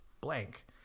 blank